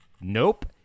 Nope